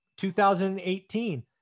2018